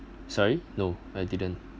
sorry no I didn't